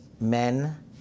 men